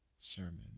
sermon